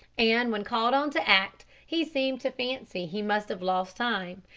and when called on to act, he seemed to fancy he must have lost time,